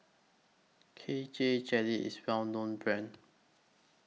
K J Jelly IS Well known Brand